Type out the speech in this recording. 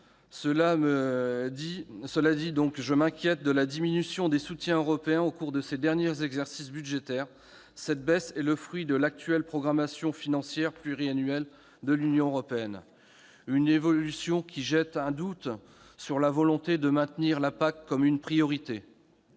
Cela dit, je m'inquiète de la diminution des soutiens européens au cours des derniers exercices budgétaires. Cette baisse est le fruit de l'actuelle programmation financière pluriannuelle de l'Union européenne et jette un doute sur la volonté de maintenir la PAC comme une priorité.